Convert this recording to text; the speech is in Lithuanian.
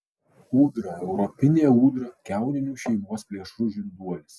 ūdra europinė ūdra kiauninių šeimos plėšrus žinduolis